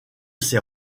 ces